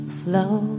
flow